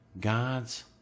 God's